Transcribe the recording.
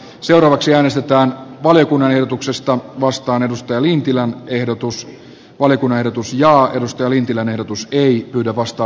seuraavaksi lisätään valiokunnan ehdotuksesta vastaan edustaja lintilän ehdotus oli kun verotus kannatan edustaja lintilän ehdotusta ei yllä vastaa